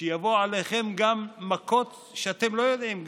שיבואו עליכם גם מכות שאתם לא יודעים,